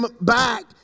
back